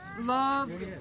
love